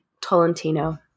Tolentino